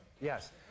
Yes